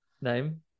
name